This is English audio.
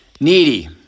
Needy